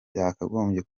byakagombye